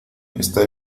está